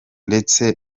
ndetse